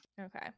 Okay